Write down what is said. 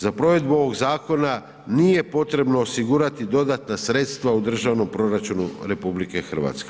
Za provedbu ovog zakona nije potrebno osigurati dodatna sredstva u državnom proračunu RH.